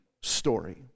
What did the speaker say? story